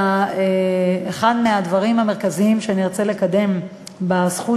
ממש אחד הדברים המרכזיים שארצה לקדם בזכות